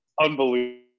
unbelievable